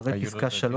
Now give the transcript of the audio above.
אחרי פסקה 3,